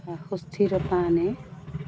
সুস্থিৰতা আনে